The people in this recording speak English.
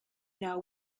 now